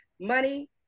money